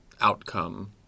outcome